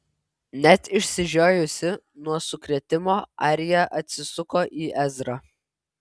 net išsižiojusi nuo sukrėtimo arija atsisuko į ezrą